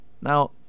Now